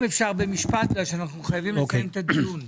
אם אפשר במשפט כי אנחנו חייבים לסיים את הדיון.